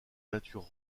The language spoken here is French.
nature